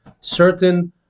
certain